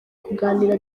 kuganira